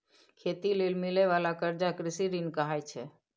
खेती लेल मिलइ बाला कर्जा कृषि ऋण कहाइ छै